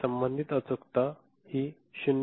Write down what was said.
संबंधित अचूकता हि 0